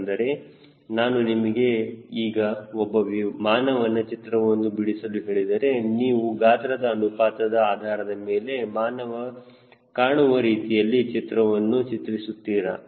ಅಂದರೆ ನಾನು ನಿಮಗೆ ಈಗ ಒಬ್ಬ ಮಾನವನ ಚಿತ್ರವನ್ನು ಬಿಡಿಸಲು ಹೇಳಿದರೆ ನೀವು ಗಾತ್ರದ ಅನುಪಾತದ ಆಧಾರದ ಮೇಲೆ ಮಾನವ ಕಾಣುವ ರೀತಿಯಲ್ಲಿ ಚಿತ್ರವನ್ನು ಚಿತ್ರಿಸುತ್ತೀರಾ